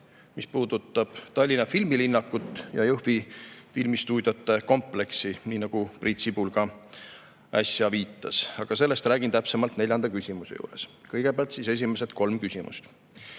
mis puudutab Tallinna filmilinnakut ja Jõhvi filmistuudiote kompleksi, nagu Priit Sibul ka äsja viitas. Aga sellest räägin täpsemalt neljanda küsimuse juures, kõigepealt esimesed kolm küsimust. Esimene